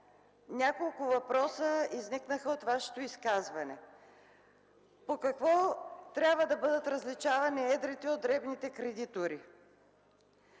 няколко въпроса изникнаха от Вашето изказване. По какво трябва да бъдат различавани едрите от дребните кредитори?